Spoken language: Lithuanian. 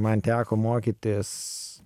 man teko mokytis